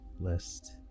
list